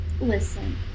listen